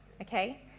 Okay